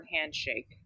handshake